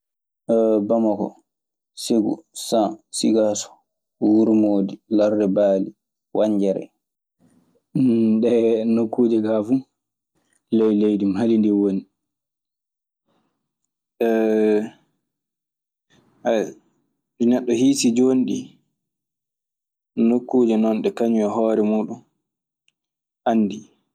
Bamako, Segu, San, Sikaso, Wuro modi, Larde bali, Wanjere. ɗee nokkuuje kaa fu ley leydi Mali ndi woni. ɗi neɗɗo hiisii jooni ɗi, nokkuuji noon ɗi kañum e hoore mun anndi.